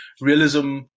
realism